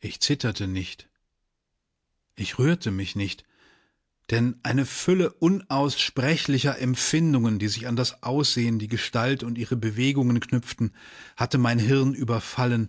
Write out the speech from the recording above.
ich zitterte nicht ich rührte mich nicht denn eine fülle unaussprechlicher empfindungen die sich an das aussehen die gestalt und ihre bewegungen knüpften hatte mein hirn überfallen